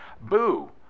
Boo